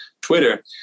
Twitter